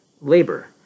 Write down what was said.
labor